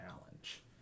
challenge